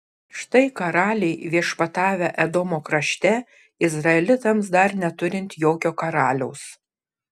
štai karaliai viešpatavę edomo krašte izraelitams dar neturint jokio karaliaus